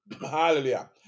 Hallelujah